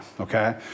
okay